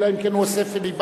אלא אם כן הוא עושה פיליבסטר.